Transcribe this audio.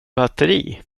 batteri